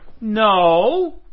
No